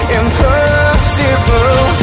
impossible